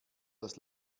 das